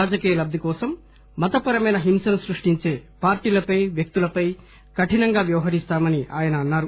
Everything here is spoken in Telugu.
రాజకీయ లబ్ది కోసం మతపరమైన హింసను సృష్టించే పార్టీలపై వ్యక్తులపై కఠినంగా వ్యవహరిస్తామని ఆయన అన్నారు